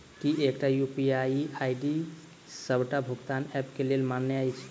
की एकटा UPI ID D सबटा भुगतान ऐप केँ लेल मान्य अछि?